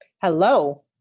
Hello